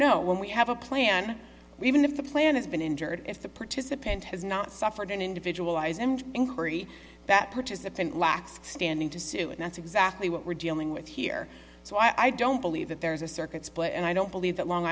no when we have a plan even if the plan has been injured if the participant has not suffered in individual eyes and inquiry that participant lacks standing to sue and that's exactly what we're dealing with here so i don't believe that there is a circuit split and i don't believe that long